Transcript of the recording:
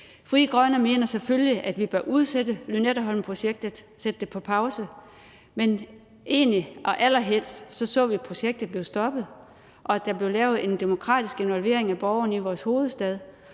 Frie Grønne mener selvfølgelig, at vi bør udsætte Lynetteholmprojektet, sætte det på pause, men egentlig og allerhelst så vi, at projektet blev stoppet, og at der blev lavet en demokratisk involvering af borgerne i vores hovedstad,